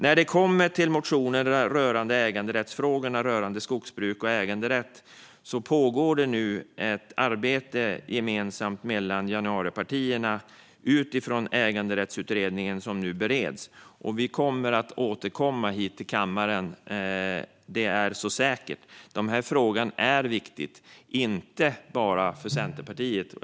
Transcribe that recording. När det kommer till motioner rörande skogsbruk och äganderätt pågår nu ett arbete mellan januaripartierna utifrån äganderättsutredningen som nu bereds. Vi kommer att återkomma om detta här i kammaren, det är ett som är säkert. De här frågorna är viktiga, inte bara för Centerpartiet.